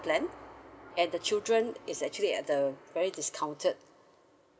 plan and the children is actually at a very discounted